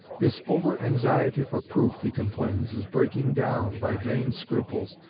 this over-anxiety for proof, he complains, is breaking down, by vain scruples,